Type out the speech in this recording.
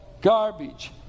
garbage